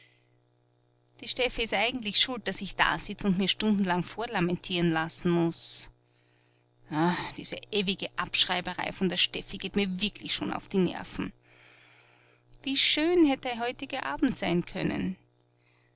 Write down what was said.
die steffi ist eigentlich schuld daß ich dasitz und mir stundenlang vorlamentieren lassen muß ah diese ewige abschreiberei von der steffi geht mir wirklich schon auf die nerven wie schön hätt der heutige abend sein können